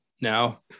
now